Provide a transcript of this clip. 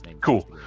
Cool